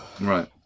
Right